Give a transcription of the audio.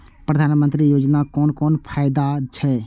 प्रधानमंत्री योजना कोन कोन फायदा छै?